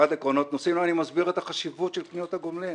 אני מסביר את החשיבות של קניות הגומלין.